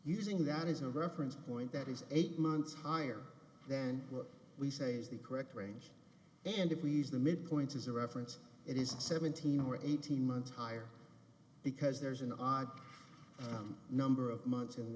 using that as a reference point that is eight months higher than what we say is the correct range and if we use the midpoint as a reference it is seventeen or eighteen months higher because there's an odd number of months